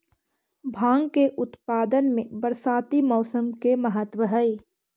भाँग के उत्पादन में बरसाती मौसम के महत्त्व हई